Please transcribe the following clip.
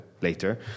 later